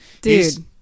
Dude